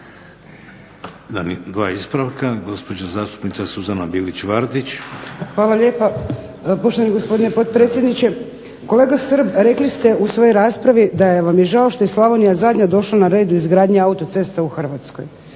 Hvala lijepa. Poštovani gospodine potpredsjedniče. Kolega Srb, rekli ste u svojoj raspravi da vam je žao što je Slavonija zadnja došla na red u izgradnji autoceste u Hrvatskoj